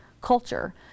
culture